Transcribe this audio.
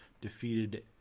defeated